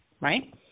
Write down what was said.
right